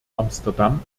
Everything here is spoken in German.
amsterdam